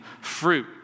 fruit